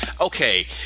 okay